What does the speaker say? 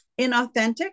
inauthentic